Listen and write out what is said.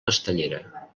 castellera